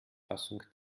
fassung